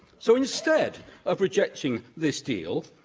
so, instead of rejecting this deal,